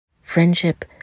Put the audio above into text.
Friendship